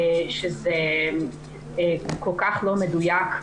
שזה כל כך לא מדויק,